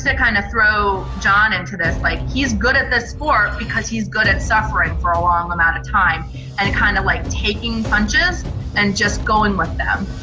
kind of throw john into this like he's good at the sport because he's good at suffering for a long amount of time and it kind of like taking punches and just going with them.